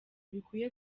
bikwiye